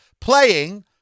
playing